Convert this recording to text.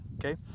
okay